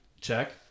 Check